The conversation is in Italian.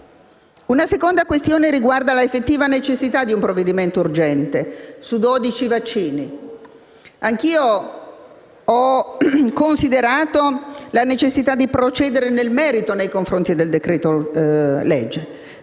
Una seconda questione riguarda l'effettiva necessità di un provvedimento urgente su dodici vaccini. Anch'io ho considerato la necessità di procedere nel merito nei confronti del decreto-legge